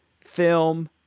film